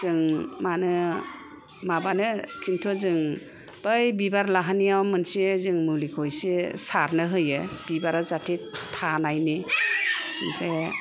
जों मानो माबानो किन्तु जों बै बिबार लाहानियाव मोनसे जों मुलिखौ एसे सारनो होयो बिबारा जाहाथे थानायनि ओमफ्राय